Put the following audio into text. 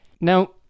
Now